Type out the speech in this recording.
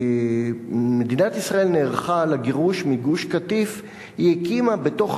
כשמדינת ישראל נערכה לגירוש מגוש-קטיף היא הקימה בתוך